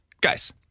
Guys